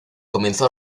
comenzó